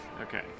Okay